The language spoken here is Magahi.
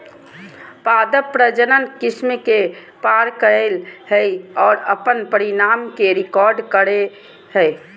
पादप प्रजनन किस्म के पार करेय हइ और अपन परिणाम के रिकॉर्ड करेय हइ